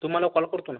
तुम्हाला कॉल करतो ना